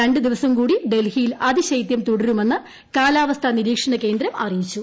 ര ് ദിവസം കൂടി ഡൽഹിയിൽ അതിശൈത്യം തുടരുമെന്ന് കാലാവസ്ഥാ നിരീക്ഷണ കേന്ദ്രം അറിയിച്ചു